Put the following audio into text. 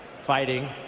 fighting